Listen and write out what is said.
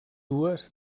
dues